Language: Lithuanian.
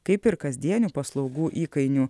kaip ir kasdienių paslaugų įkainių